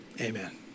Amen